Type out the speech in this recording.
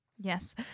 Yes